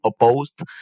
opposed